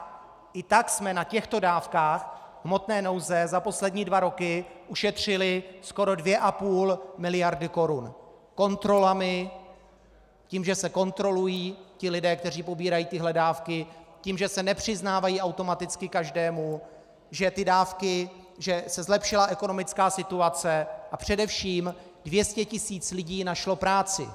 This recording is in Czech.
A i tak jsme na těchto dávkách hmotné nouze za poslední dva roky ušetřili skoro 2,5 mld. korun kontrolami, tím, že se kontrolují lidé, kteří pobírají dávky, tím, že se nepřiznávají automaticky každému, že se zlepšila ekonomická situace a především 200 tisíc lidí našlo práci.